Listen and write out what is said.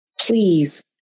please